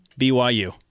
BYU